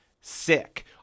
sick